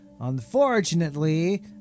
Unfortunately